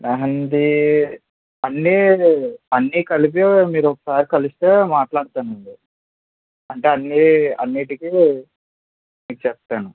మెహందీ అన్నీ అన్నీకలిపి మీరు ఒక్కసారి కలిస్తే మాట్లాడుతాను అండి అంటే అన్నీ అన్నింటికీ ఇచ్చేస్తాను